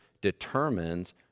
determines